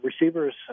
receivers